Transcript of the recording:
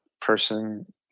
person